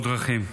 הדרכים.